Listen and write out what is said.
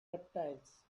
reptiles